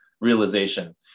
realization